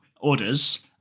orders